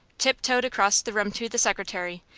tiptoed across the room to the secretary,